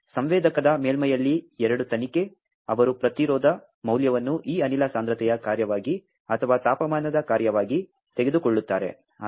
ಮತ್ತು ಸಂವೇದಕದ ಮೇಲ್ಮೈಯಲ್ಲಿ ಎರಡು ತನಿಖೆ ಅವರು ಪ್ರತಿರೋಧ ಮೌಲ್ಯವನ್ನು ಈ ಅನಿಲ ಸಾಂದ್ರತೆಯ ಕಾರ್ಯವಾಗಿ ಅಥವಾ ತಾಪಮಾನದ ಕಾರ್ಯವಾಗಿ ತೆಗೆದುಕೊಳ್ಳುತ್ತಾರೆ